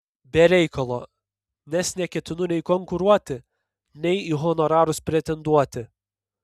be reikalo nes neketinu nei konkuruoti nei į honorarus pretenduoti